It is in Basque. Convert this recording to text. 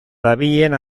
dabilen